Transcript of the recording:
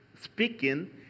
speaking